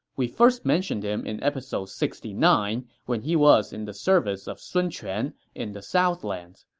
we first mentioned him in episode sixty nine, when he was in the service of sun quan in the southlands.